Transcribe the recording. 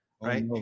Right